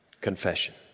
Confession